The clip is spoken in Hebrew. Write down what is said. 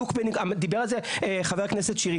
דיבר על זה חבר הכנסת שירי,